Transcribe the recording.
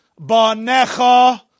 Banecha